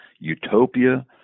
utopia